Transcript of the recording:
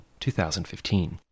2015